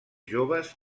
joves